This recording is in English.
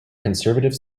conservative